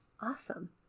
awesome